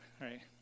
right